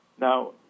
Now